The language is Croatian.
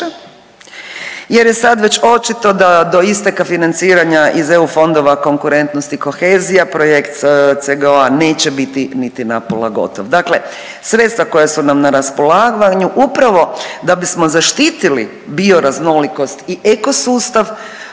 jer je sad već očito da do isteka financiranja iz eu fondova Konkurentnost i kohezija projekt CGO-a neće biti niti na pola gotov. Dakle, sredstva koja su nam na raspolaganju upravo da bismo zaštitili bioraznolikost i ekosustav